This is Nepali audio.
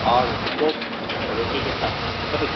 हजुर कोकहरू के के छ सबै